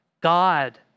God